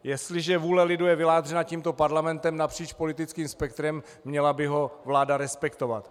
Jestliže vůle lidu je vyjádřena tímto parlamentem napříč politickým spektrem, měla by ho vláda respektovat.